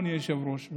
אדוני היושב-ראש,